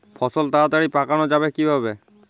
ফসল তাড়াতাড়ি পাকানো যাবে কিভাবে?